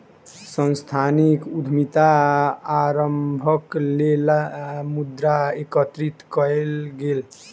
सांस्थानिक उद्यमिता आरम्भक लेल मुद्रा एकत्रित कएल गेल